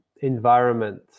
environment